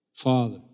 Father